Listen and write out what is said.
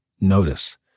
notice